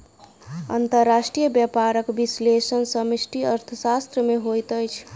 अंतर्राष्ट्रीय व्यापारक विश्लेषण समष्टि अर्थशास्त्र में होइत अछि